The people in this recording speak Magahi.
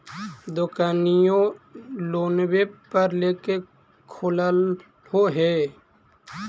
दोकनिओ लोनवे पर लेकर खोललहो हे?